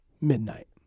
midnight